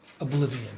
oblivion